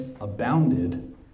abounded